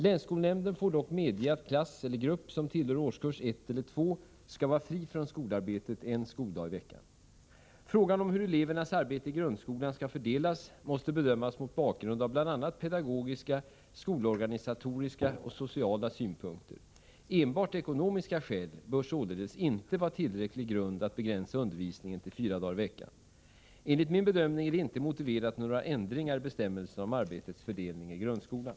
Länsskolnämnden får dock medge att klass eller grupp som tillhör årskurs 1 eller 2 skall vara fri från skolarbetet en skoldag i veckan. Frågan om hur elevernas arbete i grundskolan skall fördelas måste bedömas mot bakgrund av bl.a. pedagogiska, skolorganisatoriska och sociala synpunkter. Enbart ekonomiska skäl bör således inte vara tillräcklig grund att begränsa undervisningen till fyra dagar i veckan. Enligt min bedömning är det inte motiverat med några ändringar i bestämmelserna om arbetets fördelning i grundskolan.